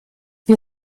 wir